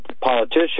politician